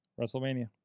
WrestleMania